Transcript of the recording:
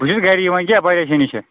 بہٕ چھُس گَری وۄنۍ کیٛاہ پریشٲنی چھِ